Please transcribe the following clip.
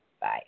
Bye